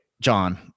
John